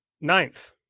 ninth